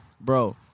bro